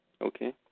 Okay